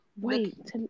Wait